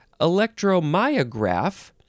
Electromyograph